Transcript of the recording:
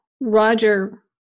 Roger